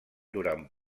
durant